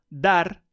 dar